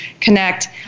connect